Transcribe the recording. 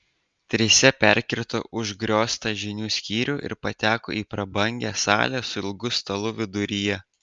trise perkirto užgrioztą žinių skyrių ir pateko į prabangią salę su ilgu stalu viduryje